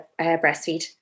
breastfeed